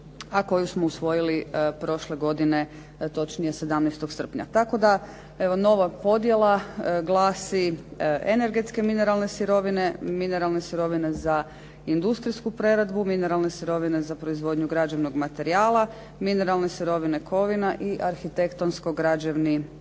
a koju smo usvojili prošle godine, točnije 17. srpnja. Tako da evo nova podjela glasi energetske mineralne sirovine, mineralne sirovine za industrijsku preradbu, mineralne sirovine za proizvodnju građevnog materijala, mineralne sirovine kovina i arhitektonsko građevni kamen.